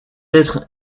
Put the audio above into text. être